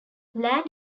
land